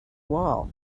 wall